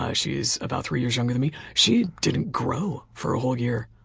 ah she's about three years younger than me. she didn't grow for a whole year,